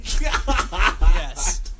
Yes